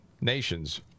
nations